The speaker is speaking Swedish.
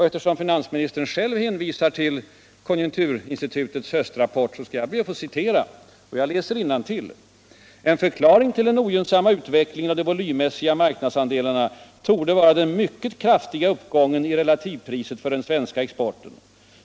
Eftersom herr Sträng själv hänvisat ull konjunkturinstitutets höstrapport skall jug be utt få citera ur den: ”En förklaring till den ogynnsamma utvecklingen av de volvmmissiga marknadsandelarna töorde vara den mycket krattiga uppgången i relativpriset för den svenska exporten.